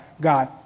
God